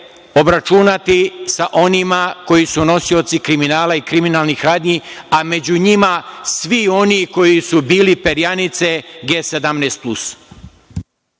obračunati sa onima koji su nosioci kriminala i kriminalnih radnji, a među njima svi oni koji su bili perjanice G17+.